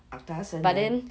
after 她生 then